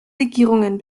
legierungen